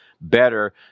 better